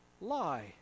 Lie